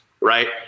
Right